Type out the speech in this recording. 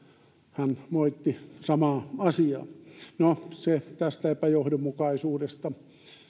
hän moitti samaa asiaa no se tästä epäjohdonmukaisuudesta